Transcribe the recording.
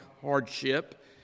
hardship